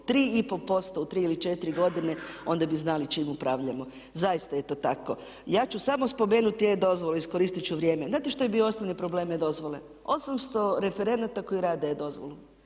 3,5% u tri ili četiri godine onda bi znali čime upravljamo. Zaista je to tako. Ja ću samo spomenuti E-dozvolu, iskoristit ću vrijeme, znate što je bio osnovni problem E- dozvole, 800 referenata koji rade dozvolu,